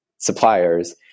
suppliers